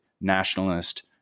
nationalist